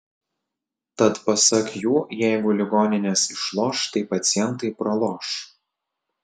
tad pasak jų jeigu ligoninės išloš tai pacientai praloš